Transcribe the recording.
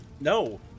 No